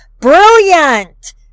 Brilliant